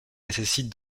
nécessite